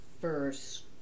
first